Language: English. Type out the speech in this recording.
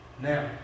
Now